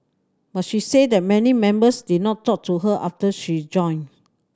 but she said that many members did not talk to her after she joined